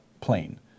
plane